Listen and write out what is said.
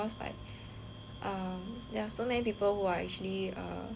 um there are so many people who are actually err